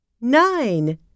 nine